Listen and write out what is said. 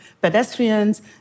pedestrians